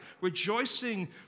rejoicing